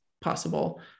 possible